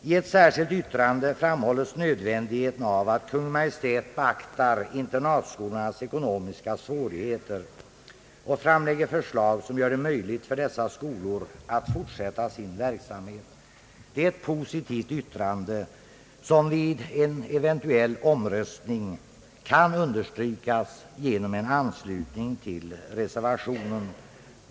I ett särskilt yttrande framhålles nödvändigheten av att Kungl. Maj:t beaktar internatskolornas ekonomiska svårigheter och framlägger förslag som gör det möjligt för dessa att fortsätta sin verksamhet. Det är ett positivt yttrande som vid en eventuell omröstning kan understrykas genom en anslutning till reservationen.